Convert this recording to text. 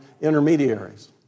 intermediaries